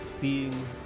Seeing